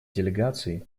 делегации